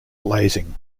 blazing